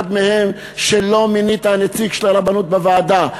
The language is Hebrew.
אחד מהם, שלא מינית נציג של הרבנות בוועדה,